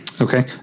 Okay